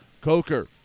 Coker